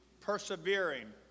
persevering